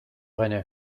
dhuine